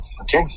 okay